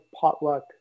potluck